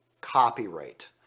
copyright